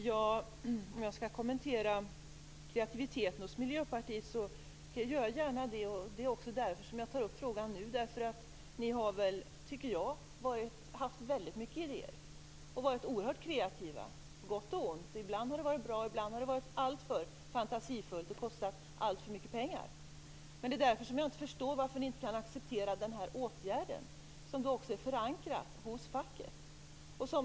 Fru talman! Jag vill gärna kommentera miljöpartisternas kreativitet. Jag tycker att ni har haft väldigt mycket idéer och varit oerhört kreativa, på gott och ont. Ibland har det varit positivt, ibland har det varit alltför fantasifullt och kostat alltför mycket pengar. Jag kan mot den bakgrunden inte förstå varför ni inte kan acceptera vårt förslag till åtgärd, en åtgärd som är förankrad hos facket.